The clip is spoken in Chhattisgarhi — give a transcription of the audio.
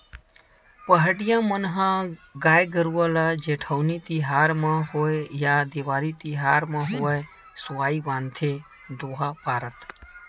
पहाटिया मन ह गाय गरुवा ल जेठउनी तिहार म होवय या देवारी तिहार म होवय सोहई बांधथे दोहा पारत